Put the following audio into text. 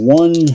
one